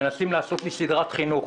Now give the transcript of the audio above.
מנסים לעשות לי סדרת חינוך.